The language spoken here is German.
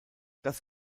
das